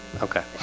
okay.